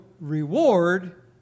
reward